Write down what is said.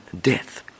death